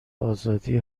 آزادی